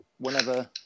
whenever